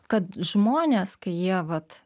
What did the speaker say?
kad žmonės kai jie vat